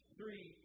three